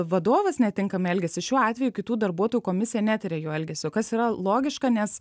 vadovas netinkamai elgiasi šiuo atveju kitų darbuotojų komisija netiria jų elgesio kas yra logiška nes